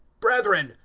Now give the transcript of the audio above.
brethren,